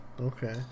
Okay